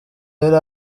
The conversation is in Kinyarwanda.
yari